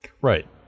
Right